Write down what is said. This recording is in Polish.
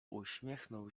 uśmiechnął